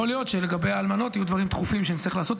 יכול להיות שלגבי האלמנות יהיו דברים דחופים שנצטרך לעשות,